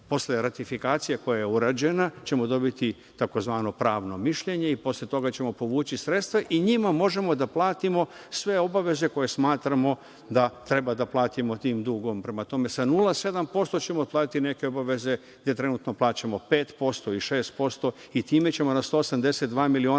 posle ratifikacije koja je urađeno ćemo dobiti tzv. pravno mišljenje i posle toga ćemo povući sredstva i njima možemo da platimo sve obaveze koje smatramo da treba da platimo tim dugom. Prema tome, sa 0,7% ćemo otplatiti neke obaveze gde trenutno plaćamo 5%, 6% i time ćemo na 182 miliona